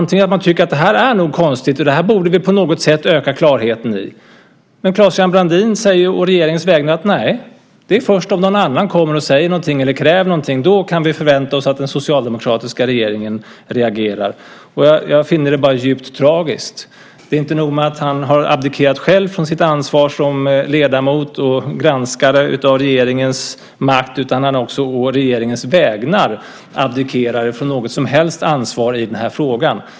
Tycker man att det här är konstigt och att man på något sätt borde öka klarheten i det? Men Claes-Göran Brandin säger å regeringens vägnar: Nej, det är först om någon annan kommer och säger eller kräver någonting som vi kan förvänta oss att den socialdemokratiska regeringen reagerar. Jag finner det bara djupt tragiskt. Det är inte nog med att Claes-Göran Brandin har abdikerat själv från sitt ansvar som ledamot och granskare av regeringens makt, utan han har också å regeringens vägnar abdikerat från allt ansvar över huvud taget i frågan.